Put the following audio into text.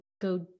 go